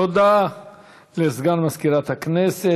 תודה לסגן מזכירת הכנסת.